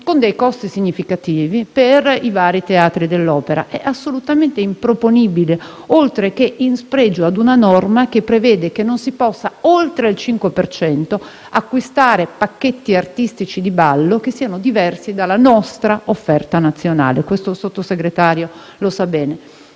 con dei costi significativi per i vari teatri dell'opera. È assolutamente improponibile, oltre che in spregio ad una norma che prevede che non si possano acquistare pacchetti artistici di ballo che siano diversi dalla nostra offerta nazionale per oltre il 5 per